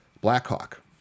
Blackhawk